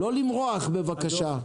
לא למרוח, בבקשה.